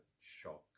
shock